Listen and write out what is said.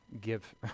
give